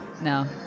no